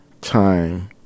time